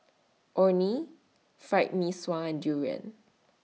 Orh Nee Fried Mee Sua and Durian